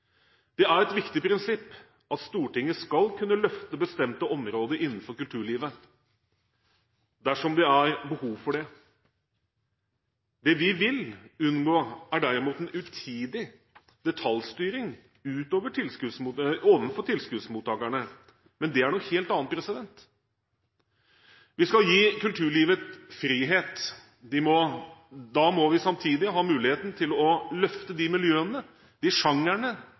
Det er et viktig prinsipp at Stortinget skal kunne løfte bestemte områder innenfor kulturlivet dersom det er behov for det. Det vi vil unngå, er derimot en utidig detaljstyring overfor tilskuddsmottakerne, men det er noe helt annet. Vi skal gi kulturlivet frihet. Da må vi samtidig ha muligheten til å løfte de miljøene, de